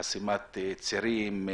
חסימת צירים,